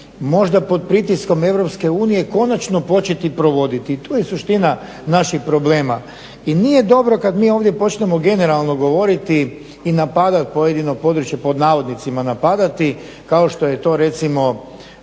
možda pod pritiskom EU konačno početi provoditi. To je suština naših problema. I nije dobro kad mi ovdje počnemo generalno govoriti i napadati pojedino područje, pod navodnicima "napadati" kao što je to recimo